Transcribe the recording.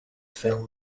film